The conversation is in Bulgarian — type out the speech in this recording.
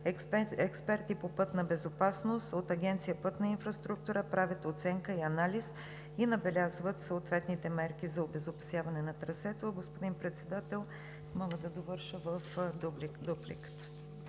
експерти по пътна безопасност от Агенция „Пътна инфраструктура“ правят оценка и анализ и набелязват съответните мерки за обезопасяване на трасето. Господин Председател, мога да довърша в дупликата.